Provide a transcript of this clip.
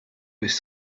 was